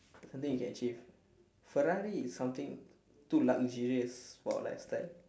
something you can achieve ferrari is something too luxurious for a lifestyle